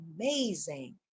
amazing